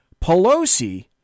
Pelosi